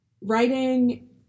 writing